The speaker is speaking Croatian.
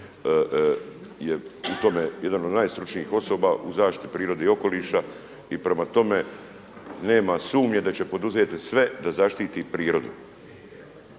je u tome jedan od najstručnijih osoba u zaštiti prirode i okoliša i prema tome nema sumnje da će poduzeti sve da zaštiti prirodu.